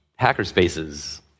hackerspaces